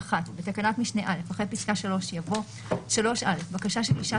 (1) בתקנת משנה (א) אחרי פסקה (3) יבוא: "(3א) בקשה של אישה